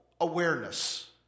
awareness